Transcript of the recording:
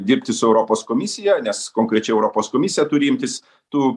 dirbti su europos komisija nes konkrečiai europos komisija turi imtis tų